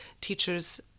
teachers